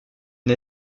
une